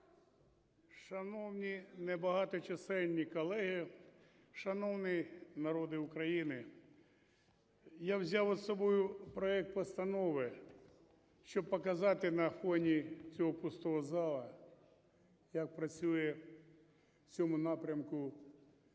Шановні небагаточисельні колеги, шановний народе України! Я взяв із собою проект постанови, щоб показати на фоні цього пустого залу, як працює в цьому напрямку